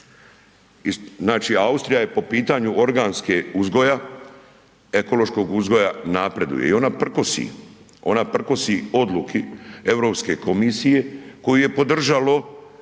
Znači Austrija je po pitanju organskog uzgoja, ekološkog uzgoja napreduje i ona prkosi, ona prkosi odluki Europske komisije koju je podržalo